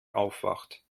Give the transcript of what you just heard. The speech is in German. aufwacht